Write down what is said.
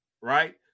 Right